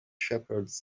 shepherds